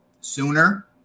sooner